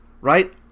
right